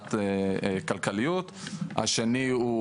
להערכת כלכליות, השני הוא